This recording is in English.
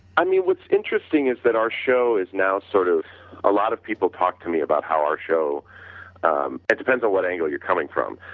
i mean what's interesting is that our show is now sort of a lot of people talk to me about how our show um it depends on what angle you're coming from.